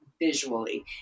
visually